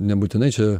nebūtinai čia